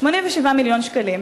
וזו חובתה.